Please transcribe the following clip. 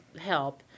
help